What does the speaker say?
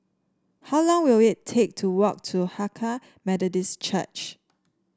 how long will it take to walk to Hakka Methodist Church